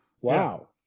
Wow